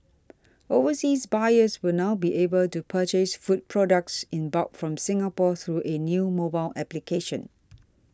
overseas buyers will now be able to purchase food products in bulk from Singapore through a new mobile application